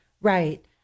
right